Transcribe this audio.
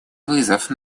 вызов